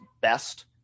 best